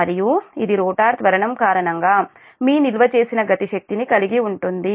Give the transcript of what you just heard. మరియు ఇది రోటర్ త్వరణం కారణంగా మీ నిల్వ చేసిన గతి శక్తిని కలిగి ఉంటుంది